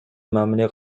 мамиле